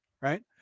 Right